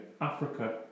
Africa